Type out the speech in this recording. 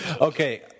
okay